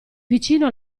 vicino